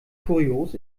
kurios